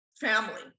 family